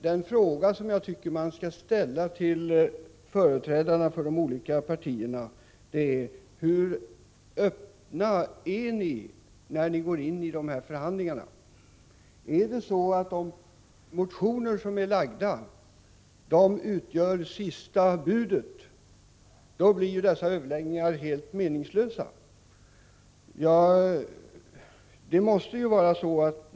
Den fråga jag tycker att man bör ställa till företrädarna för de olika partierna är: Hur öppna är ni när ni går in i dessa förhandlingar? Om de motioner som framlagts utgör sista budet blir ju dessa överläggningar helt meningslösa.